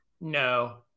no